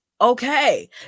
okay